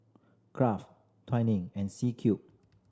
Kraft Twining and C Cube